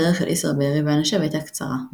הדרך אל איסר בארי ואנשיו הייתה קצרה,